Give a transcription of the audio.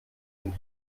mit